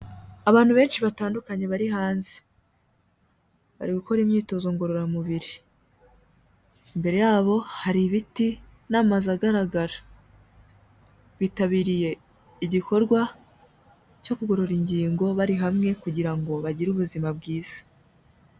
Abantu benshi batandukanye bari hanze, bari gukora imyizo ngororamubiri, imbere yabo hari ibiti n'amazu agaragara, bitabiriye igikorwa cyo kugorora ingingo bari hamwe kugira ngo bagire ubuzima bwiza.